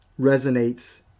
resonates